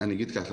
אני אומר כך,